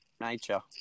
nature